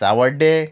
सावड्डे